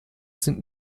sind